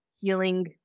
healing